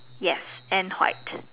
yes and white